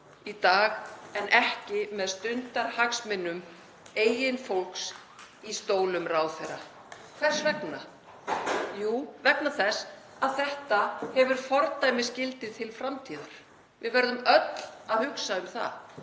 í dag en ekki með stundarhagsmunum eigin fólks í stólum ráðherra? Hvers vegna? Jú, vegna þess að þetta hefur fordæmisgildi til framtíðar. Við verðum öll að hugsa um það.